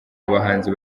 abahanzi